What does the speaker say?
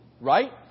right